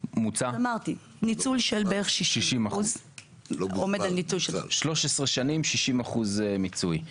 אמרתי, ניצול של בערך 60%. 13 שנים, 60% מיצוי.